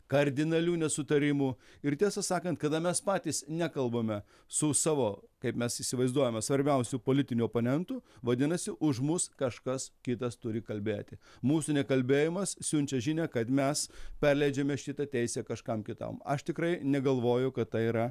kardinalių nesutarimų ir tiesą sakant kada mes patys nekalbame su savo kaip mes įsivaizduojame svarbiausiu politiniu oponentu vadinasi už mus kažkas kitas turi kalbėti mūsų nekalbėjimas siunčia žinią kad mes perleidžiame šitą teisę kažkam kitam aš tikrai negalvoju kad tai yra